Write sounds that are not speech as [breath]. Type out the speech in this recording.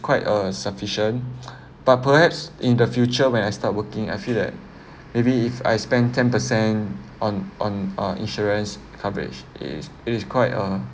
quite a sufficient [breath] but perhaps in the future when I start working I feel that maybe if I spend ten percent on on uh insurance coverage it is it is quite a